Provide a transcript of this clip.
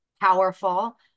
powerful